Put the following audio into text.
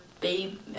Babe